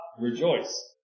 rejoice